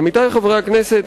עמיתי חברי הכנסת,